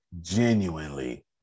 genuinely